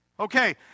Okay